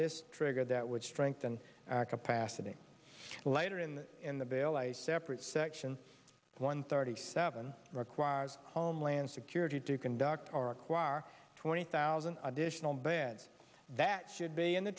this trigger that would strengthen our capacity later in in the bail i separate section one thirty seven requires homeland security to conduct our quar twenty thousand additional beds that should be in the